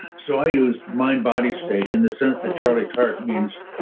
so i use mind body state in the sense that charlie tart means,